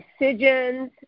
decisions